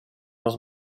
roz